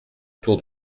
tour